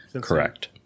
correct